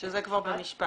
שזה כבר במשפט.